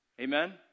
Amen